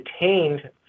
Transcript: detained